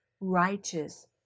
righteous